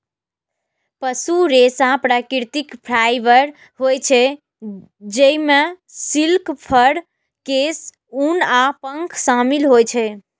पशु रेशा प्राकृतिक फाइबर होइ छै, जइमे सिल्क, फर, केश, ऊन आ पंख शामिल होइ छै